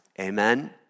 Amen